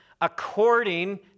according